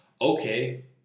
Okay